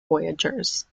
voyagers